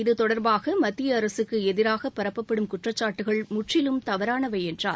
இதுதொடர்பாக மத்திய அரசுக்கு எதிராக பரப்பப்படும் குற்றச்சாட்டுகள் முற்றிலும் தவறானவை என்றார்